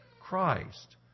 Christ